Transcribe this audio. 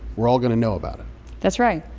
we're all going to know about it that's right.